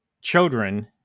children